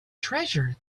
treasure